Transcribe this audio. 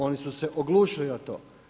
Oni su se oglušili na to.